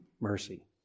Mercy